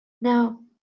Now